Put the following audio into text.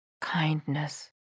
Kindness